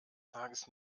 tages